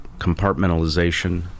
compartmentalization